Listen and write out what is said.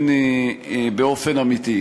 באופן אמיתי,